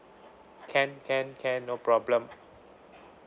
can can can no problem